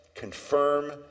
confirm